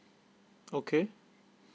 okay